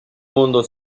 mundo